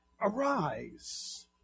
Arise